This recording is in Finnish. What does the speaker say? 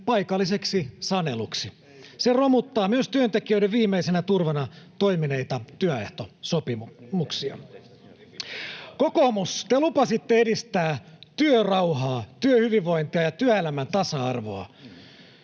paikalliseksi saneluksi. Se romuttaa myös työntekijöiden viimeisenä turvana toimineita työehtosopimuksia. [Vilhelm Junnila: Ei pidä yhtään paikkaansa!] Kokoomus, te lupasitte edistää työrauhaa, työhyvinvointia ja työelämän tasa-arvoa.